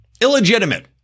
illegitimate